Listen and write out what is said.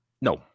No